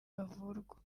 bavurwa